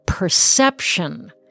perception